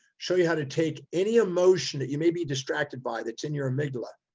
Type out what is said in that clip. show you how to take any emotion that you may be distracted by that's in your amygdala,